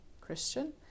Christian